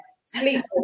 sleep